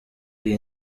iyi